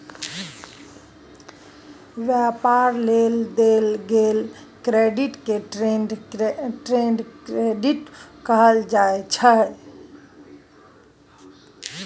व्यापार लेल देल गेल क्रेडिट के ट्रेड क्रेडिट कहल जाइ छै